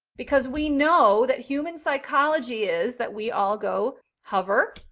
because we know that human psychology is that we all go hover,